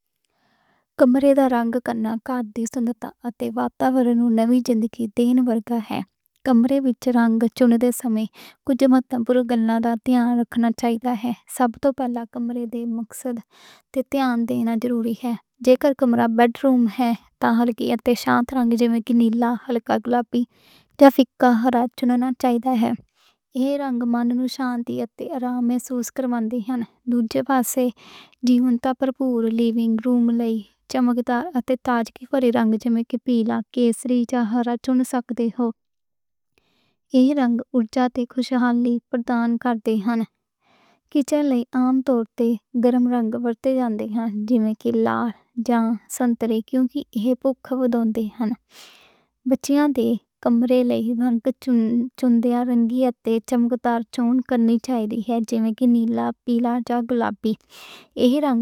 کمرے دا رنگ کرنا کدی سندرتا اتے واتاورن نوں نویں زندگی دی دین ورگا ہے۔ کمرے وچ رنگ چُنن دے سمیں کچھ مطمئن گلّاں دھیان رکھنا چاہیدا ہے۔ سب توں پہلا کمرے دے مقصد تے دھیان دینا ضروری ہے۔ جے کر کمرہ بیڈروم ہے تاں ہلکے اتے شانت رنگ جیوں کہ نیلا، ہلکا گلابی یا فیکا ہرہ چُننا چاہیدا ہے۔ ایہ رنگ من نوں شانتی اتے آرام محسوس کروان دے ہن۔ تُسی واسطے جیونت پوریواں لئے چمکدار اتے تازگی بھرے رنگ جیوں کہ پیلا یا سرخی مائل چن سکدے او۔ ایہ رنگ اُٹھاون خوشحالی لئے پردان کر دے ہن۔ تُسی لئے عام طور تے گرم رنگ پرتّے جان دے ہن۔ جیوں نیں کہ لال، جامنی، سنتری۔ بچے دے کمرے لئے رنگ چُنن دے جیوں کہ رنگین اتے چمکدار چُننی چاہیدا ہے۔ جیوں کہ نیلا، پیلا یا گلابی ایہ رنگ۔